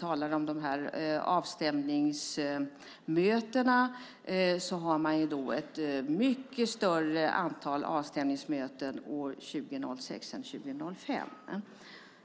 Vad gäller avstämningsmötena hade man ett mycket större antal avstämningsmöten år 2006 än 2005.